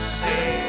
say